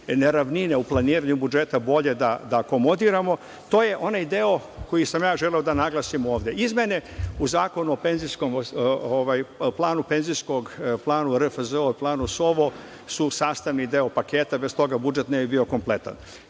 neravnine u planiranju budžeta bolje da komodiramo. To je onaj deo koji sam ja želeo da naglasim ovde. Izmene u Zakonu o penzijskom planu, planu RFZO i planu SOVO su sastavni deo paketa i bez toga budžet ne bi bio kompletan.